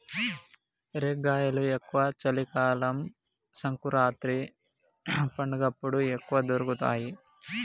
రేగ్గాయలు ఎక్కువ చలి కాలం సంకురాత్రి పండగప్పుడు ఎక్కువ దొరుకుతాయి